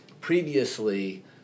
previously